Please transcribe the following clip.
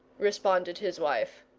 responded his wife.